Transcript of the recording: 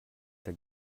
der